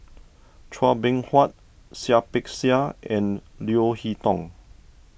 Chua Beng Huat Seah Peck Seah and Leo Hee Tong